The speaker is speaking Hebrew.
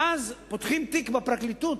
ואז פותחים תיק בפרקליטות,